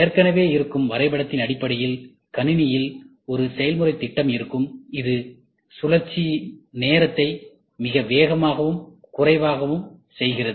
ஏற்கனவே இருக்கும் வரைபடத்தின் அடிப்படையில் கணினியில் ஒரு செயல்முறை திட்டம் இருக்கும் இது சுழற்சியின் நேரத்தை மிக வேகமாகவும் குறைவாகவும் செய்கிறது